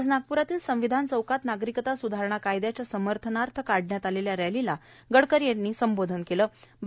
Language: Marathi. आज नागपूरातील संविधान चौकात नागरीकता सुधारणा कायद्याच्या समर्थनार्थ काढण्यात आलेल्या रॅलीला गडकरी संबोधित करत होते